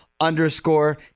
underscore